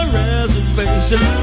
reservation